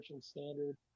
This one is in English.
Standard